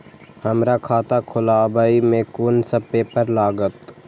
हमरा खाता खोलाबई में कुन सब पेपर लागत?